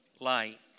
light